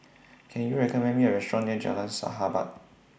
Can YOU recommend Me A Restaurant near Jalan Sahabat